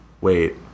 Wait